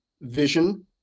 vision